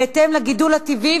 בהתאם לגידול הטבעי,